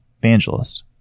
Evangelist